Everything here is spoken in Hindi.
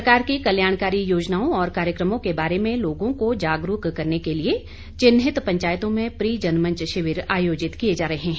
सरकार की कल्याणकारी योजनाओं और कार्यक्रमों के बारे में लोगों को जागरूक करने के लिए चिन्हित पंचायतों में प्री जनमंच शिविर आयोजित किये जा रहे हैं